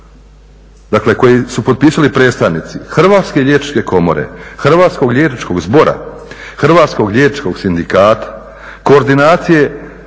dakle koji su potpisali predstavnici Hrvatske liječničke komore, Hrvatskog liječničkog zbora, Hrvatskog liječničkog sindikata, koordinacije